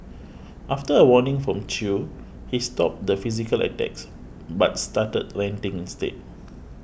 after a warning from Chew he stopped the physical attacks but started ranting instead